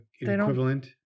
equivalent